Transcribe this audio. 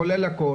כולל הכל,